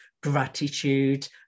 gratitude